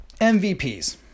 MVPs